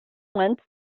once